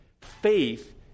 Faith